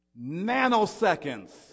nanoseconds